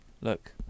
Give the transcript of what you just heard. Look